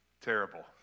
terrible